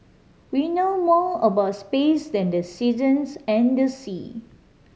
we know more about space than the seasons and the sea